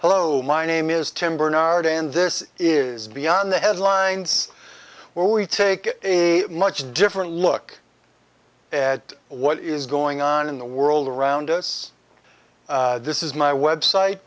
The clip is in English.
hello my name is tim bernard and this is beyond the headlines where we take a much different look at what is going on in the world around us this is my web site